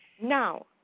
Now